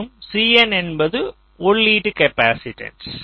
மற்றும் Cin என்பது உள்ளீட்டு காப்பாசிட்டன்ஸ்